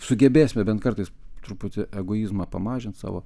sugebėsime bent kartais truputį egoizmą pamažint savo